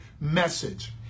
message